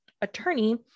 attorney